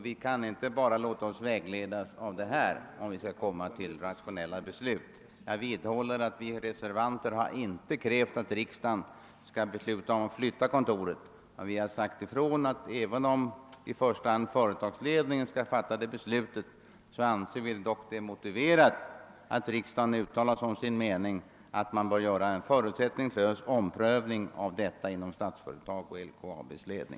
Vi kan inte låta oss vägledas av sådana argument, om vi skall kunna fatta rationella beslut. Jag vidhåller att vi reservanter inte har krävt att riksdagen skall direkt fatta beslut om att huvudkontoret skall flyttas då det i första hand tillkommer företagsledningen. Vi anser det dock motiverat att riksdagen uttalar som sin mening att Statsföretag AB och LKAB:s ledning bör göra en förutsättningslös omprövning av frågan.